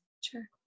Sure